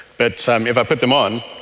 but so um if i put them on,